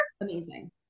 Amazing